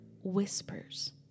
whispers